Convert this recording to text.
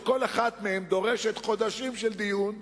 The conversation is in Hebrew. שכל אחת דורשת חודשים של דיון,